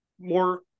more